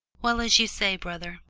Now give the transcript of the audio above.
well, as you say, brother,